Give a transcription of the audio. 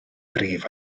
brif